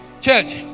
church